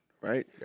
right